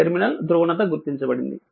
terminal ధ్రువణత గుర్తించబడింది